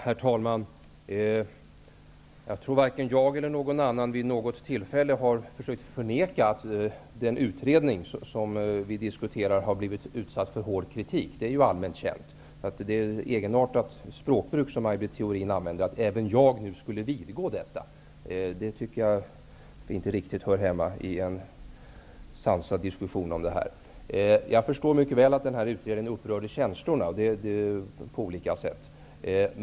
Herr talman! Jag tror att varken jag eller någon annan vid något tillfälle har försökt förneka att den utredning som vi diskuterar har blivit utsatt för hård kritik. Det är allmänt känt. Det är ett egenartat språkbruk som Maj Britt Theorin använder genom att säga att även jag nu skulle vidgå detta. Det tycker jag inte riktigt hör hemma i en sansad diskussion. Jag förstår mycket väl att denna utredning upprörde känslorna på olika sätt.